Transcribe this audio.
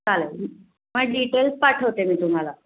चालेल मग डिटेल्स पाठवते मी तुम्हाला